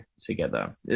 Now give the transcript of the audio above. together